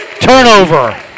turnover